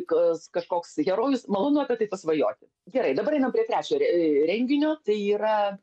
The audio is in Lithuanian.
kas kažkoks herojus malonu apie tai pasvajoti gerai dabar einam prie trečiojo renginio tai yra